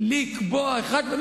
אחד וחצי שנתי.